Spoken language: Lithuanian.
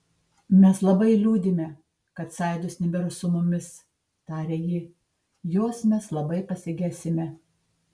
mes labai liūdime kad saidos nebėra su mumis tarė ji jos mes labai pasigesime